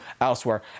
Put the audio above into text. elsewhere